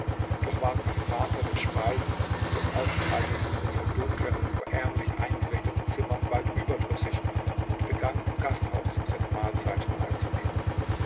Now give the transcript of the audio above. doch ward mein vater des speisens und des aufenthaltes in unseren dunklen und ärmlich eingerichteten zimmern bald überdrüssig und begann im gasthaus seine mahlzeiten einzunehmen